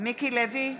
מיקי לוי,